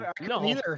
no